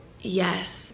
Yes